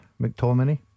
McTominay